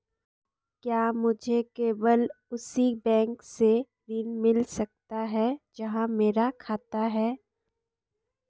क्या मुझे केवल उसी बैंक से ऋण मिल सकता है जहां मेरा खाता है?